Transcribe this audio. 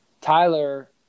Tyler